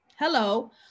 hello